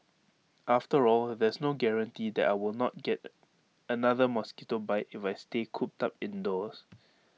after all there's no guarantee that I will not get another mosquito bite if I stay cooped up indoors